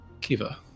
Kiva